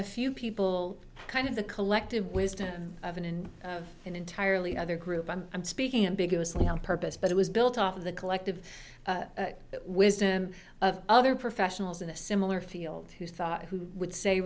a few people kind of the collective wisdom of an in an entirely other group i'm speaking ambiguously on purpose but it was built off of the collective wisdom of other professionals in a similar field who thought who would say